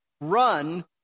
run